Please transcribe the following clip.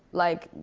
like,